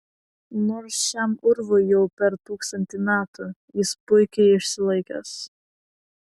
nors šiam urvui jau per tūkstantį metų jis puikiai išsilaikęs